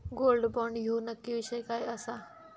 Gold bond ह्यो नक्की विषय काय आसा?